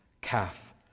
Calf